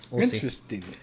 Interesting